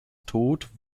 tod